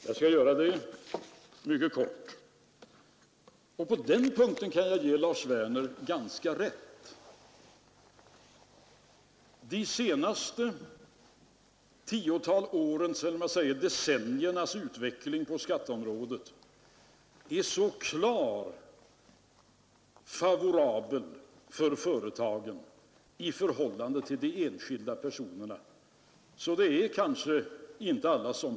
Jag skall beröra det mycket kort, och på den punkten kan jag ge Lars Werner ganska rätt. De senaste decenniernas utveckling på skatteområdet är klart favorabel för företagen i förhållande till de enskilda personerna — alla har kanske inte observerat detta.